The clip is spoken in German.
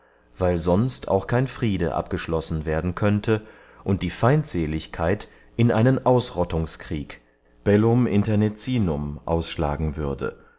weil sonst auch kein friede abgeschlossen werden könnte und die feindseligkeit in einen ausrottungskrieg bellum internecinum ausschlagen würde